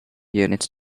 units